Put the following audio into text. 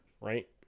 Right